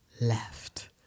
left